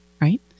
right